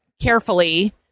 carefully